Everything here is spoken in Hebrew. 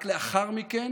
רק לאחר מכן